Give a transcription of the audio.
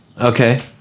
Okay